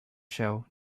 show